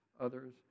others